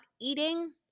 eating